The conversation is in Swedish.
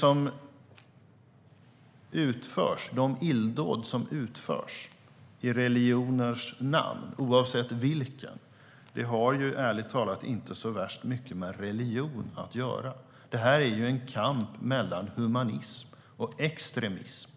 Ofta har de illdåd som utförs i religioners namn, oavsett vilken, inte så värst mycket med religion att göra. Det är en kamp mellan humanism och extremism.